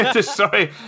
Sorry